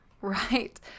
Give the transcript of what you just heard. Right